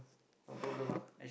no problem ah